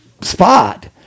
spot